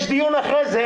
יש דיון אחרי זה.